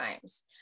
times